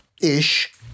Ish